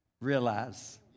realize